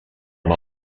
amb